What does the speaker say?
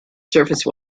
surface